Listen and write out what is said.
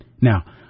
Now